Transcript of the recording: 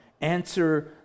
answer